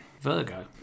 Virgo